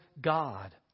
God